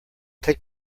take